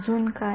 अजून काय